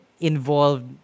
involved